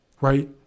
right